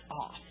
off